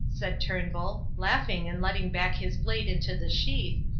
said turnbull, laughing and letting back his blade into the sheath,